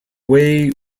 way